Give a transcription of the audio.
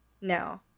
No